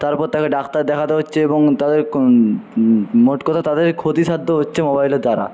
তারপর তাকে ডাক্তার দেখাতে হচ্ছে এবং তাদের মোট কথা তাদের ক্ষতিসাধ্য হচ্ছে মোবাইলের দ্বারা